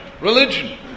Religion